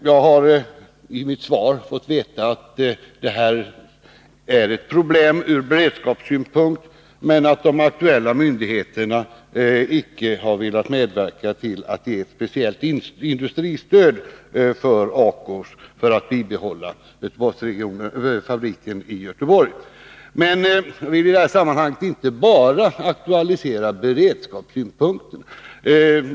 Jag har av svaret fått veta att detta är ett problem ur beredskapssynpunkt men att de berörda myndigheterna icke har velat medverka till att ge ett speciellt industristöd till ACO för att bibehålla fabriken i Göteborg. Men jag vill i detta sammanhang inte bara aktualisera beredskapssynpunkterna.